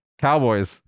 cowboys